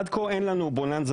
עד כה אין לנו בוננזה,